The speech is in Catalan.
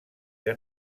que